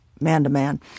man-to-man